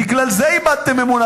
בגלל זה איבדתם אמון.